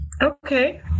Okay